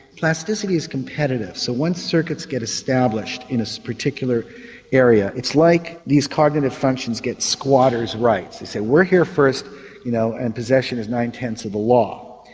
plasticity is competitive so once circuits get established in this particular area it's like these cognitive functions get squatter's rights they say we're here first you know and possession is nine-tenths of the law.